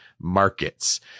markets